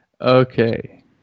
Okay